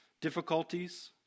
difficulties